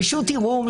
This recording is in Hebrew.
רשות ערעור,